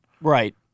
Right